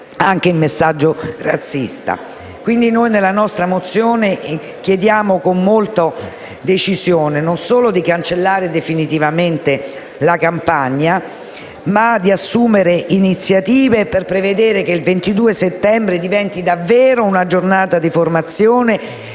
anche di un messaggio razzista. Pertanto, nella nostra mozione chiediamo con molta decisione non solo di cancellare definitivamente la campagna, ma di assumere iniziative per prevedere che il 22 settembre diventi davvero una giornata di formazione